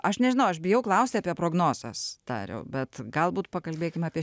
aš nežinau aš bijau klausti apie prognozes dariau bet galbūt pakalbėkim apie